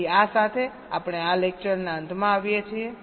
તેથી આ સાથે આપણે આ લેક્ચરના અંતમાં આવીએ છીએ